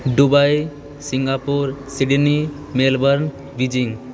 Dubai Singapore Sydney Melbourne Beijing